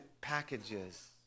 packages